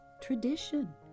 tradition